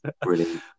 Brilliant